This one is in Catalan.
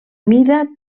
mida